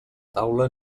taula